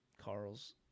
Carl's